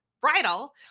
bridal